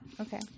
Okay